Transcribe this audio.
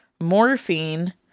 morphine